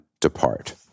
depart